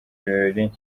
birori